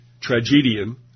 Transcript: tragedian